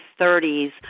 30s